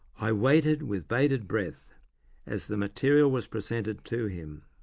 i waited with bated breath as the material was presented to him.